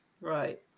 Right